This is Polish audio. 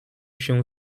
się